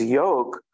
yoke